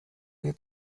wir